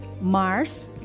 Mars